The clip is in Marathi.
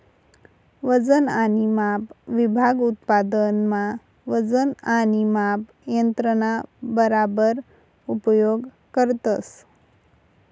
वजन आणि माप विभाग उत्पादन मा वजन आणि माप यंत्रणा बराबर उपयोग करतस